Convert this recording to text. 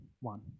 one